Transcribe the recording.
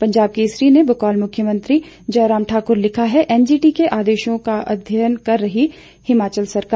पंजाब केसरी ने बकौल मुख्यमंत्री जयराम ठाकुर लिखा है एनजीटी के आदेशों का अध्ययन कर रही हिमाचल सरकार